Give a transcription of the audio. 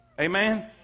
Amen